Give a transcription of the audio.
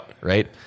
right